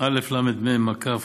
אלמ/5